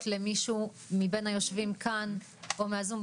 למישהו מבין היושבים כאן או מהזום?